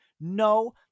No